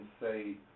say